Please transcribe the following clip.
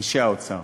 אנשי האוצר,